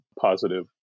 positive